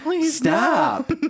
stop